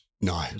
No